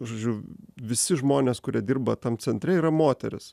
žodžiu visi žmonės kurie dirba tam centre yra moterys